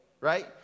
Right